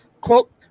Quote